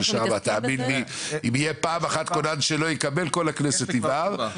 ושמה תאמין לי אם יהיה פעם אחת כונן שלא יקבל כל הכנסת תבער,